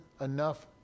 enough